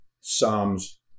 Psalms